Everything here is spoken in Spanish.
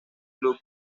club